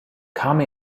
come